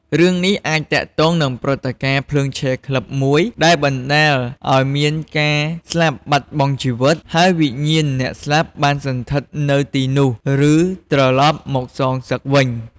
រឿងនេះអាចទាក់ទងនឹងព្រឹត្តិការណ៍ ភ្លើងឆេះក្លឹប មួយ ដែលបណ្ដាលឲ្យមានការស្លាប់បាត់បង់ជីវិត ហើយវិញ្ញាណអ្នកស្លាប់បានសណ្ឋិតនៅទីនោះ ឬត្រឡប់មកសងសឹកវិញ។